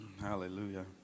Hallelujah